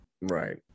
Right